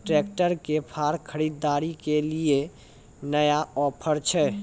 Tractor के फार खरीदारी के लिए नया ऑफर छ?